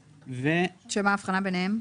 שמה האבחנה ביניהם?